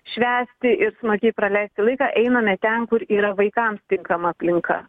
švęsti ir smagiai praleisti laiką einame ten kur yra vaikams tinkama aplinka